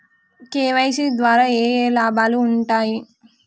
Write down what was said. KYC ద్వారా ఏఏ లాభాలు ఉంటాయి?